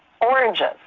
oranges